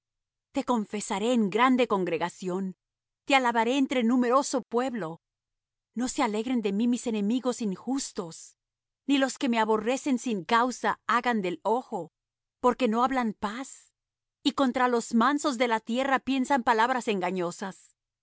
te confesaré en grande congregación te alabaré entre numeroso pueblo no se alegren de mí mis enemigos injustos ni los que me aborrecen sin causa hagan del ojo porque no hablan paz y contra los mansos de la tierra piensan palabras engañosas